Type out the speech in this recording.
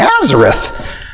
Nazareth